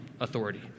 authority